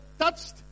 touched